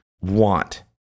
want